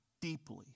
deeply